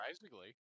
Surprisingly